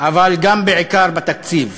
אבל גם, ובעיקר, בתקציב.